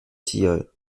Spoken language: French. tilleul